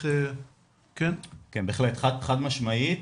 כן, בהחלט, חד משמעית.